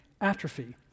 atrophy